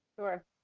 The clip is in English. Sure